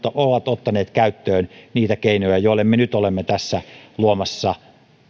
ovat ottaneet käyttöön niitä keinoja joille me nyt olemme tässä luomassa